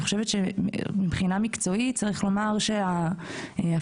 מבחינה מקצועית צריך לומר שההפחתה,